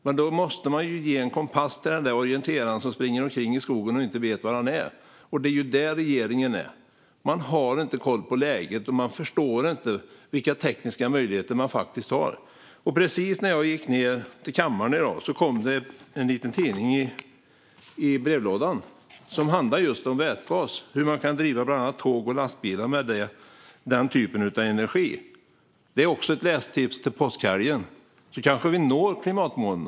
Men då måste man ge en kompass till den där orienteraren som springer omkring i skogen och inte vet var han är. Det är så det är med regeringen. Man har inte koll på läget. Man förstår inte vilka tekniska möjligheter som finns. Precis när jag gick ned till kammaren i dag kom det en liten tidning i brevlådan. Den handlar om vätgas och hur man kan driva bland annat tåg och lastbilar med den typen av energi. Det är också ett lästips till påskhelgen, så kanske vi når klimatmålen.